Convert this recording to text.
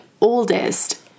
oldest